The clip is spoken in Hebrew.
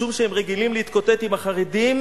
משום שהם רגילים להתקוטט עם החרדים,